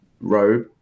robe